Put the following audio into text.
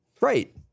Right